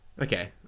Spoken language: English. Okay